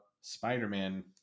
Spider-Man